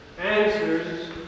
answers